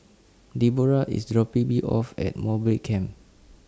Debora IS dropping Me off At Mowbray Camp